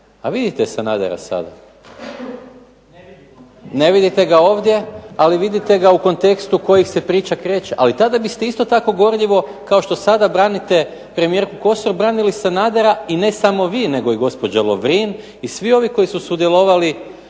a vidite Sanadera sad. Ne vidite ga ovdje, ali vidite ga u kontekstu kojih se priča kreće. Ali tada biste isto tako gorljivo kao što sada branite premijerku Kosor branili Sanadera, i ne samo vi, nego i gospođa Lovrin i svi ovi koji su sudjelovali